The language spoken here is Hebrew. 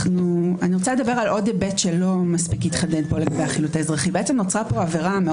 אפשר לקחת את ההגדרה שם